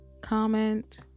comment